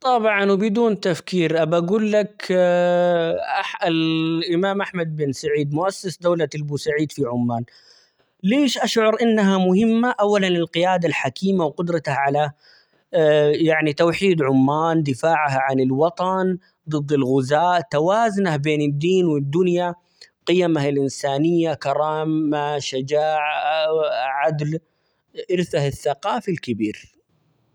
طبعًا وبدون تفكير أبي أقول لك -أح - الإمام أحمد بن سعيد مؤسس دولة البوسعيد في عمان، ليش أشعر إنها مهمة؟ أولًا القيادة الحكيمة وقدرته على يعني توحيد عمان دفاعها عن الوطن ضد الغزاة، توازنه بين الدين ،والدنيا، قيمه الإنسانية -كرام-كرامة ،شجاعة -عع-عدل ،إرثه الثقافي كبير،